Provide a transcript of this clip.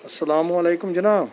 اَسَلامُ علیکُم جِناب